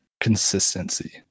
consistency